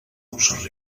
els